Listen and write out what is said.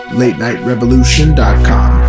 latenightrevolution.com